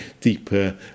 deeper